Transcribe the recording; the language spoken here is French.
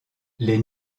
les